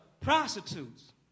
prostitutes